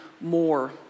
more